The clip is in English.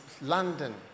London